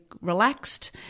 relaxed